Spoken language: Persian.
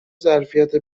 ظرفیت